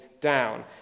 down